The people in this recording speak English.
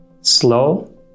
slow